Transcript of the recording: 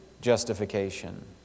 justification